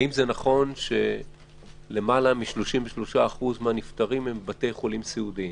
האם נכון שלמעלה מ-33% מהנפטרים הם בבתי חולים סיעודיים?